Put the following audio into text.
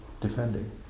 defending